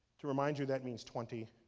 to remind you, that means twenty.